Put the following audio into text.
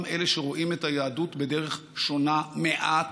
גם אלה שרואים את היהדות בדרך שונה מעט,